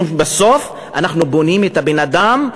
כי בסוף אנחנו בונים את האדם,